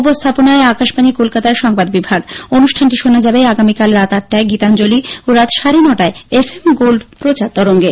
উপস্থাপনায় আকাশবাণী কলকাতার সংবাদ বিভাগ অনুষ্ঠানটি শোনা যাবে আগামীকাল রাত আটটায় গীতাঞ্জলি ও রাত সাড়ে নটায় এফ এম গোল্ড প্রচার তরঙ্গে